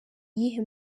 iyihe